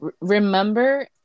remember